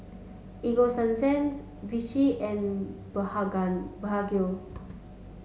Ego Sunsense Vichy and Blephagel